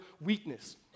weakness